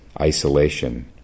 isolation